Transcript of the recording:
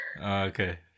okay